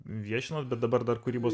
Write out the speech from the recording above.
viešinat bet dabar dar kūrybos